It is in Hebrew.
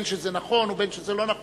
בין שזה נכון ובין שזה לא נכון,